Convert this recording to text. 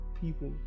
People